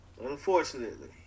Unfortunately